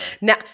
Now